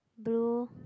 blue